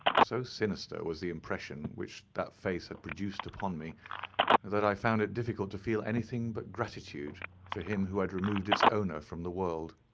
so sinister was the impression which that face had produced upon me that i found it difficult to feel anything but gratitude for him who had removed its owner from the world.